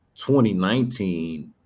2019